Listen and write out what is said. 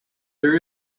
there